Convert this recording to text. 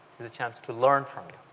is a chance to learn from you,